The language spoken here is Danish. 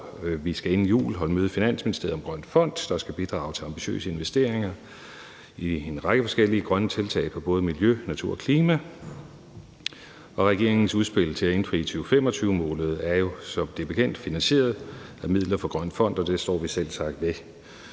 Vi skal inden jul holde møde i Finansministeriet om en grøn fond, der skal bidrage til ambitiøse investeringer i en række forskellige grønne tiltag inden for både miljø, natur og klima. Regeringens udspil til at indfri 2025-målet er jo, som det er bekendt, finansieret med midler fra den grønne fond, og det står vi selvsagt ved.